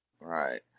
Right